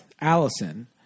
Allison